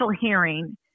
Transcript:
hearing